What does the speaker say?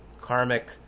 karmic